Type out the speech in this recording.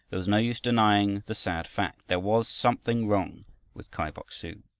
there was no use denying the sad fact. there was something wrong with kai bok-su.